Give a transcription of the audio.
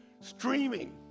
streaming